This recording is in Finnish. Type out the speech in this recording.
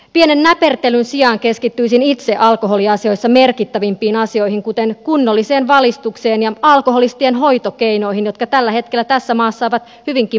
pienen näpertelyn sijaan itse keskittyisin alkoholiasioissa merkittävimpiin asioihin kuten kunnolliseen valistukseen ja alkoholistien hoitokeinoihin jotka tällä hetkellä tässä maassa ovat hyvinkin puutteellisia